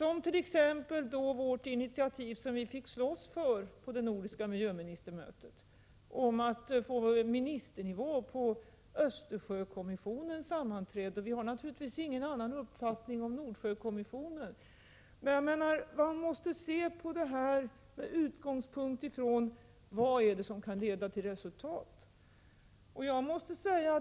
Ett exempel är vårt initiativ — som vi fick slåss för — på det nordiska miljöministermötet, att få upp Östersjökommissionens sammanträden på ministernivå. Vi har naturligtvis ingen annan uppfattning om Nordsjökommissionen. Men man måste se på detta med utgångspunkt i vad det är som kan leda till resultat.